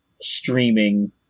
streaming